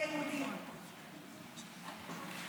הפיילוט הזה הוא פיילוט אנטישמי, הוא נגד היהודים.